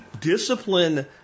discipline